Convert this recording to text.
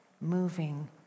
moving